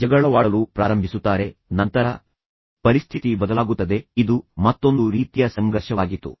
ಅವರು ಜಗಳವಾಡಲು ಪ್ರಾರಂಭಿಸುತ್ತಾರೆ ಅವರು ಇಷ್ಟಪಡುವುದಿಲ್ಲ ಮತ್ತು ನಂತರ ಪರಿಸ್ಥಿತಿ ಬದಲಾಗುತ್ತದೆ ಇದು ಅವರು ಪರಸ್ಪರ ಕಲಿತ ಮತ್ತೊಂದು ರೀತಿಯ ಸಂಘರ್ಷವಾಗಿತ್ತು